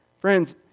friends